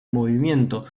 movimiento